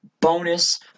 bonus